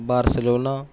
Barcelona